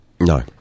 No